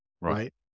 right